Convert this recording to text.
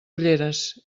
ulleres